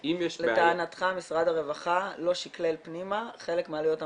לטענתך משרד הרווחה לא שקלל פנימה חלק מעלויות המעביד?